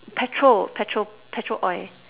petrol petrol petrol oil